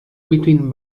between